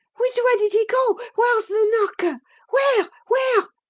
which way did he go? where's the narker where where?